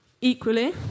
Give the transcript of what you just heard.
Equally